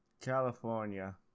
California